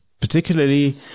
particularly